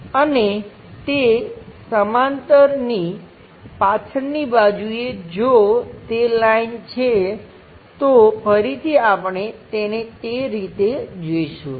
અને તે સમાંતરની પાછળની બાજુએ જો તે લાઈન છે તો ફરીથી આપણે તેને તે રીતે જોઈશું